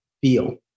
feel